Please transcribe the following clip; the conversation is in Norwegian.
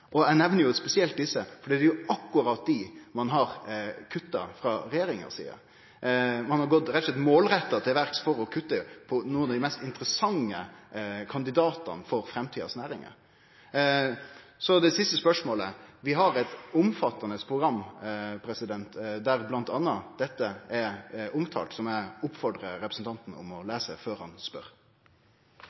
petrobaserte. Eg nemner spesielt desse fordi det er akkurat i dei ein har kutta frå regjeringas side. Ein har rett og slett gått målretta til verks for å kutte i nokre av dei mest interessante kandidatane for framtidas næringar. Så til det siste spørsmålet: Vi har eit omfattande program der bl.a. dette er omtalt, som eg oppfordrar representanten til å lese før han spør.